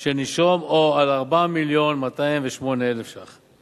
של הנישום או על 4 מיליון ו-208,000 ש"ח,